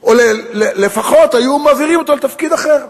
או לפחות היו מעבירים אותו לתפקיד אחר.